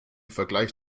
vergleich